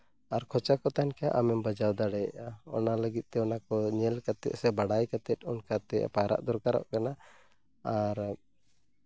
ᱟᱨ ᱠᱷᱚᱪᱟ ᱠᱚ ᱛᱟᱦᱮᱱ ᱠᱷᱟᱱ ᱟᱢᱮᱢ ᱵᱟᱡᱟᱣ ᱫᱟᱲᱮᱭᱟᱜᱼᱟ ᱚᱱᱟ ᱞᱟᱹᱜᱤᱫ ᱛᱮ ᱚᱱᱟ ᱠᱚ ᱧᱮᱞ ᱠᱟᱛᱮᱫ ᱥᱮ ᱵᱟᱰᱟᱭ ᱠᱟᱛᱮᱫ ᱚᱱᱠᱟᱛᱮ ᱯᱟᱭᱨᱟᱜ ᱫᱚᱨᱠᱟᱨᱚᱜ ᱠᱟᱱᱟ ᱟᱨ